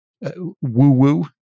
woo-woo